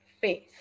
faith